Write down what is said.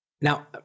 Now